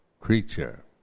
creature